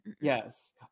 Yes